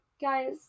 guys